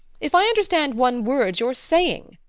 if i understand one word you're saying!